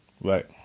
Right